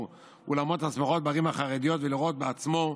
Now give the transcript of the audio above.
אולמות השמחות בערים החרדיות ולראות בעצמו.